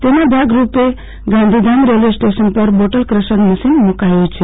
તેના ભાગરૂપે Gandhidham railway station ઉપર બોટલ ક્રશર મશીન મુકાયુ છે